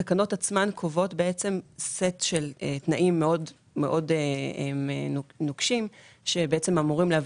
התקנות עצמן קובעות סט של תנאים מאוד נוקשים שאמורים להביא